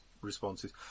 Responses